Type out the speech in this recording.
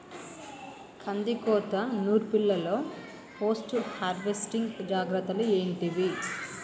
కందికోత నుర్పిల్లలో post harvesting జాగ్రత్తలు ఏంటివి?